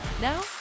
Now